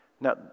Now